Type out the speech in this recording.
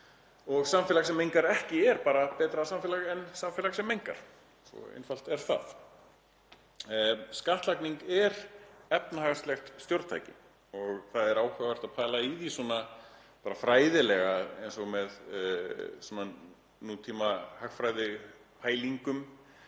og samfélag sem mengar ekki er bara betra samfélag en samfélag sem mengar. Svo einfalt er það. Skattlagning er efnahagslegt stjórntæki og það er áhugavert að pæla í því bara fræðilega eins og með nútímahagfræðipælingum